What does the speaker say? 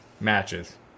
matches